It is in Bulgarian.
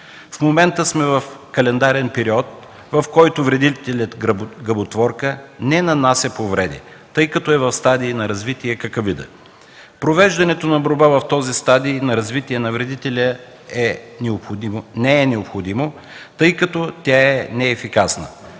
В момента сме в календарен период, в който вредителят гъботворка не нанася повреди, тъй като е в стадий на развитие какавида. Провеждането на борба в този стадий на развитие на вредителя не е необходимо, тъй като тя е неефикасна.